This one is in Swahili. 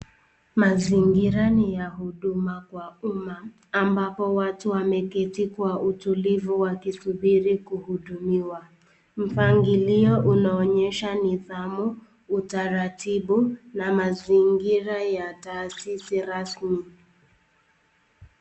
Mazingira ni ya huduma kwa umma ambapo watu wameketi kwa utulivu wakisubiri kuhudumiwa. Mpangilio unaonyesha nidhamu, utaratibu na mazingira ya taasisi rasmi.